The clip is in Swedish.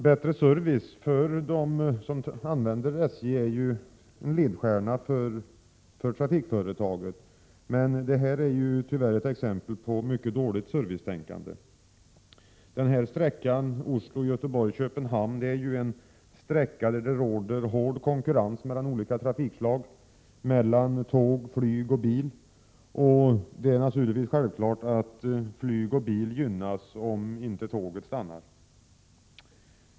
Bättre service för dem som använder SJ är ju en ledstjärna för trafikföretaget, men detta är tyvärr ett exempel på mycket dåligt servicetänkande. På sträckan Oslo—Göteborg Köpenhamn råder hård konkurrens mellan olika trafikslag — tåg, flyg och bil. Det är självklart att flyg och bil gynnas, om inte tåget stannar.